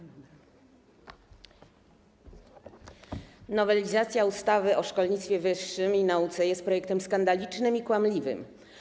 Nowelizacja ustawy o szkolnictwie wyższym i nauce jest projektem skandalicznym i kłamliwym.